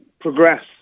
progress